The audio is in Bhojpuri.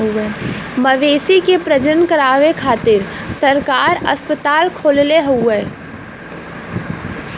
मवेशी के प्रजनन करावे खातिर सरकार अस्पताल खोलले हउवे